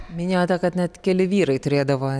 minėjote kad net keli vyrai turėdavo